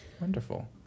Wonderful